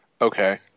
Okay